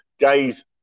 Guys